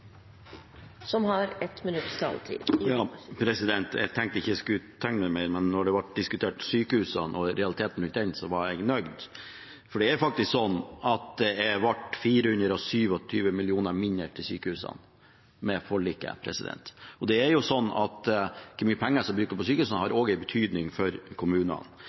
Jeg tenkte jeg ikke skulle tegne meg mer, men da sykehusene og realiteten rundt dem ble diskutert, var jeg nødt. For det ble faktisk 427 mill. kr mindre til sykehusene med forliket. Og det er slik at hvor mye penger som brukes på sykehusene, også har betydning for kommunene.